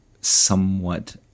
somewhat